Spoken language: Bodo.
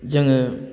जोङो